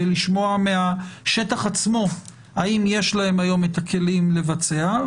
ולשמוע מהשטח עצמו האם יש להם היום את הכלים לבצע.